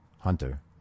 Hunter